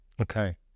Okay